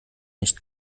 nicht